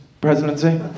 presidency